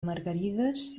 margarides